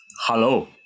hello